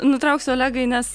nutrauksiu olegai nes